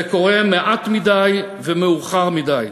זה קורה מעט מדי ומאוחר מדי.